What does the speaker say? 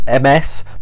MS